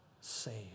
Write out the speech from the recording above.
saved